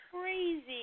crazy